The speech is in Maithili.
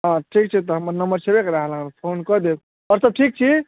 हँ तऽ ठीक छै तऽ हमर नम्बर छेबे करऽ अहाँ लग फोन कऽ देब आओर सब ठीक छी